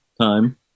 time